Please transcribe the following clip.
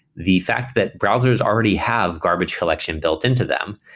the fact that browsers already have garbage collection built into them.